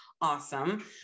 awesome